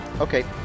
Okay